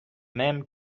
même